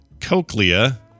Cochlea